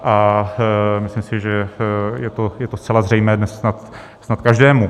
A myslím si, že je to zcela zřejmé dnes snad každému.